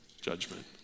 judgment